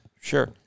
Sure